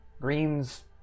greens